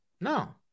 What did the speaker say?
No